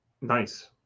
nice